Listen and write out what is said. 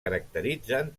caracteritzen